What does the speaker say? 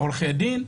עורכי דין,